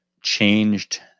changed